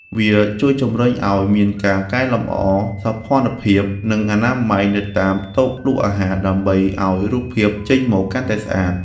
វាជួយជំរុញឱ្យមានការកែលម្អសោភ័ណភាព និងអនាម័យនៅតាមតូបលក់អាហារ ដើម្បីឱ្យរូបភាពចេញមកកាន់តែស្អាត។